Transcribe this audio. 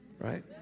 Right